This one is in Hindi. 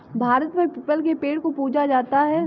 भारत में पीपल के पेड़ को पूजा जाता है